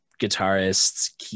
guitarists